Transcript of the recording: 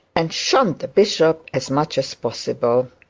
and shunned the bishop as much as possible.